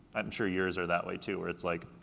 i'm sure yours are that way, too, where it's like,